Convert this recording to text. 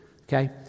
Okay